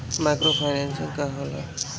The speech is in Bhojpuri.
माइक्रो फाईनेसिंग का होला?